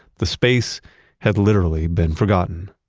the space had literally been forgotten.